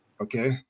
Okay